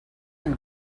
and